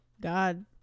god